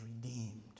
redeemed